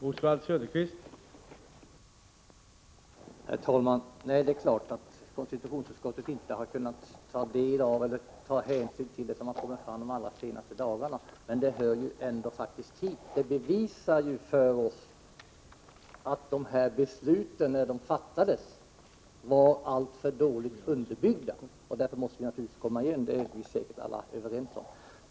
Herr talman! Det är klart att konstitutionsutskottet inte har kunnat ta ställning till de uppgifter som har framkommit de allra senaste dagarna, men de hör ändå hit. De bevisar att besluten var alltför dåligt underbyggda när de fattades, och därför måste vi naturligtvis komma igen.